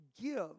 give